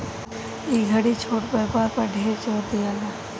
ए घड़ी छोट व्यापार पर ढेर जोर दियाता